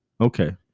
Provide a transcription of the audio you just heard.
Okay